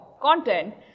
content